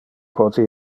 pote